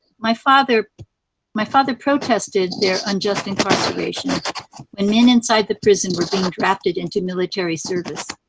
my father my father protested their unjest incarceration when men inside the prison were being drafted into military service,